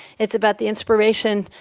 it's about the inspiration,